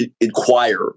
inquire